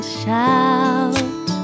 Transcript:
shout